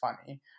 funny